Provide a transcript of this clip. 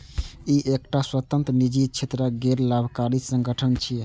ई एकटा स्वतंत्र, निजी क्षेत्रक गैर लाभकारी संगठन छियै